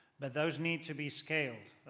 but those need to be scaled.